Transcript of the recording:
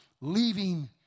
leaving